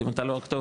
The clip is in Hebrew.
אם אתה לא הכתובת,